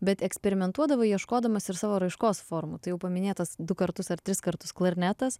bet eksperimentuodavai ieškodamas ir savo raiškos formų tai jau paminėtas du kartus ar tris kartus klarnetas